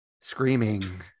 screaming